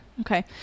okay